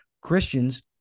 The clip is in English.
Christians